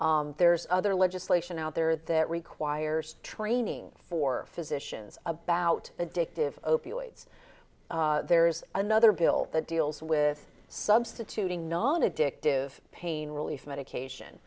there's other legislation out there that requires training for physicians about addictive opioids there's another bill that deals with substituting non addictive pain relief medication